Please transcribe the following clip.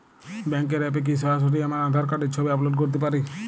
ব্যাংকের অ্যাপ এ কি সরাসরি আমার আঁধার কার্ডের ছবি আপলোড করতে পারি?